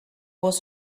was